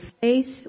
faith